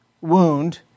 wound